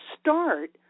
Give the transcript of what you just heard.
start